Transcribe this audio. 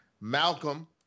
Malcolm